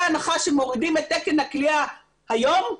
בהנחה שמורידים את תקן הכליאה היום,